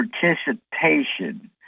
participation